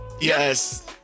Yes